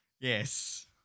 yes